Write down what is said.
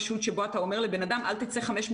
ופה יש גם דיפרנציאציה לגבי הגילאים.